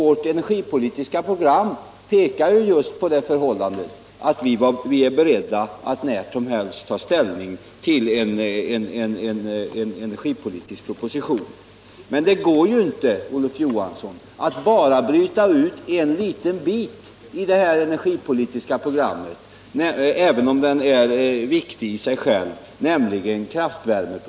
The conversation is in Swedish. Vårt energipolitiska program pekar också på det förhållandet att vi när som helst är beredda att ta ställning till en energipolitisk proposition. Men det går inte, Olof Johansson, att bryta ut endast en liten bit, nämligen kärnvärmeproduktionen, ur det energipolitiska programmet, även om den är viktig i sig själv.